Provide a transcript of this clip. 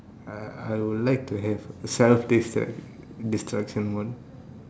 I I would like to have self destruc~ destruction mode